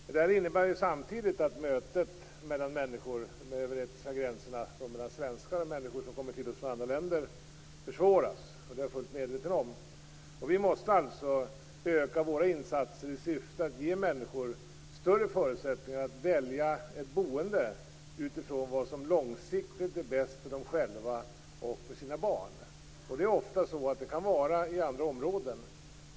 Samtidigt innebär detta att mötet mellan människor - mellan svenskar och människor från andra länder - försvåras. Det är jag fullt medveten om. Vi måste alltså öka våra insatser i syfte att ge människor större förutsättningar att välja ett boende utifrån vad som långsiktigt är bäst för dem själva och för deras barn. Det kan ofta vara i andra områden.